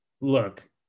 Look